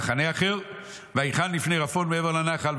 "מחנה אחר ויחן לפני רפון מעבר לנחל.